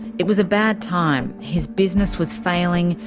it was a bad time his business was failing,